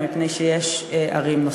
מפני שיש ערים נוספות.